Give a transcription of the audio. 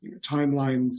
timelines